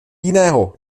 jiného